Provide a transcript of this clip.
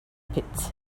pits